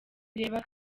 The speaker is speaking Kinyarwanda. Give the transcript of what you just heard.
bireba